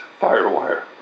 FireWire